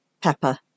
pepper